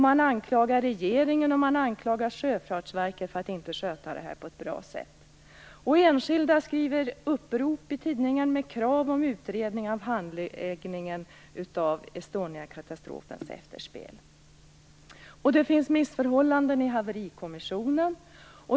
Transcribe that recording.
Man anklagar regeringen och man anklagar Sjöfartsverket för att inte sköta detta på ett bra sätt. Enskilda skriver upprop i tidningarna med krav på utredning av handläggningen av Estoniakatastrofens efterspel. Det finns missförhållanden i haverikommissionen.